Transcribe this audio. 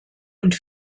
und